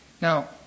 now